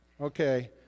Okay